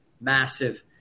massive